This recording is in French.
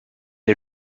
est